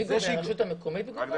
מי גובה, הרשות המקומית גובה?